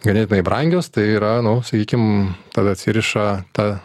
ganėtinai brangios tai yra nu sakykim tada atsiriša ta